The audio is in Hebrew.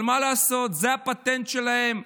אבל מה לעשות, זה הפטנט שלהם.